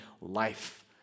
life